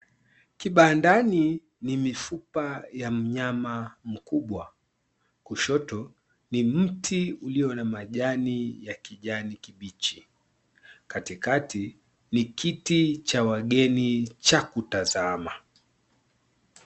Kibandani ni mifupa ya mnyama mkubwa. Kushoto ni mti ulio na majani ya kijani kibichi. Katikati ni kiti cha wageni cha kutazama.